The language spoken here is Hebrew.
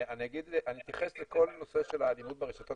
אני אתייחס לכל הנושא של האלימות ברשתות